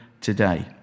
today